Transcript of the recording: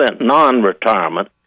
non-retirement